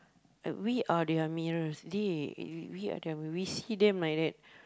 we are their mirrors they we are their~ we see them like that